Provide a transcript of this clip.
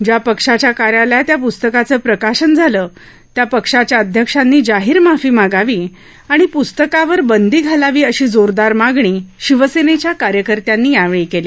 ज्या पक्षाच्या कार्यालयात या प्स्तकाचं प्रकाशन झालं त्या पक्षाच्या अध्यक्षांनी जाहीर माफी मागावी आणि प्स्तकावर बंदी घालावी अशी जोरदार मागणी शिवसेनेच्या कार्यकर्त्यांनी यावेळी केली